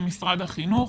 במשרד החינוך.